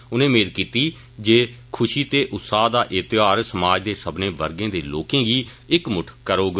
उनें मेद कीती जे खुषी ते उत्साह दा एह त्यौहार समाज दे सब्बनै वर्गे दे लोकें गी इक मुटठ करौग